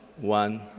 one